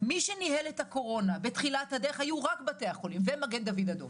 מי שניהל את הקורונה בתחילת הדרך היו רק בתי חולים ומגן דוד אדום,